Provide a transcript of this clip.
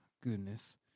goodness